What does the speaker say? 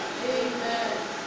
Amen